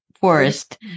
forest